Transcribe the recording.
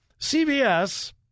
CVS